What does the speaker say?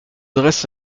dresse